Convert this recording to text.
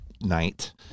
night